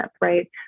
right